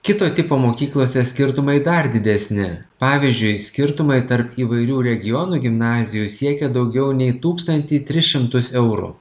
kito tipo mokyklose skirtumai dar didesni pavyzdžiui skirtumai tarp įvairių regionų gimnazijų siekia daugiau nei tūkstantį tris šimtus eurų